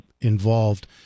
involved